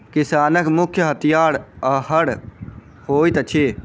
किसानक मुख्य हथियार हअर होइत अछि